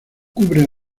cubre